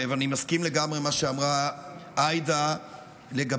ואני מסכים לגמרי עם מה שאמרה עאידה לגבי,